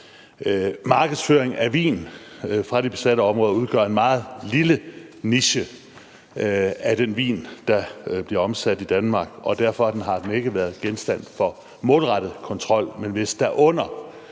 Markedsføring af vin fra de besatte områder udgør en meget lille niche af den vin, der bliver omsat i Danmark, og derfor har den ikke været genstand for målrettet kontrol,